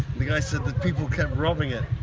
the guy said the people kept robbing it.